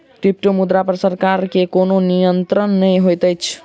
क्रिप्टोमुद्रा पर सरकार के कोनो नियंत्रण नै होइत छै